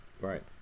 Right